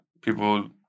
People